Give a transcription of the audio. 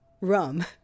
rum